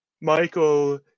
Michael